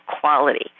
quality